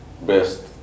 best